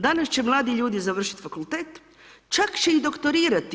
Danas će mladi ljudi završit fakultet, čak će i doktorirati